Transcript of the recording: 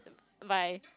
bye